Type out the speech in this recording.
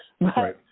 Right